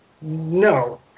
No